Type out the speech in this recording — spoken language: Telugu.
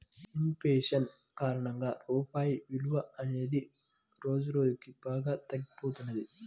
ఇన్ ఫేషన్ కారణంగా రూపాయి విలువ అనేది రోజురోజుకీ బాగా తగ్గిపోతున్నది